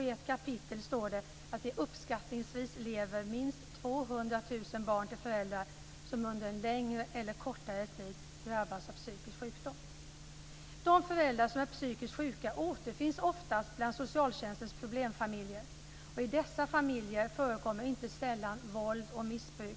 I ett kapitel står det att det uppskattningsvis är minst 200 000 barn som lever med föräldrar som under en längre eller kortare tid drabbats av psykisk sjukdom. De föräldrar som är psykiskt sjuka återfinns oftast bland socialtjänstens problemfamiljer. I dessa familjer förekommer inte sällan våld och missbruk,